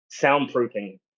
soundproofing